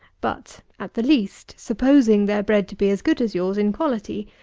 but, at the least, supposing their bread to be as good as yours in quality,